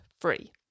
free